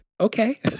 okay